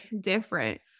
different